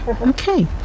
Okay